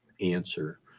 answer